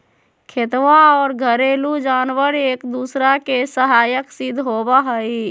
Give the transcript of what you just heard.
खेतवा और घरेलू जानवार एक दूसरा के सहायक सिद्ध होबा हई